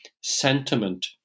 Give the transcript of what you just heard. sentiment